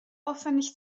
aufwendig